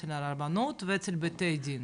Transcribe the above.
הרבנות ואצל בתי הדין